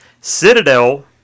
Citadel